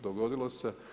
Dogodilo se.